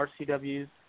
RCW's